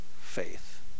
faith